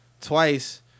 twice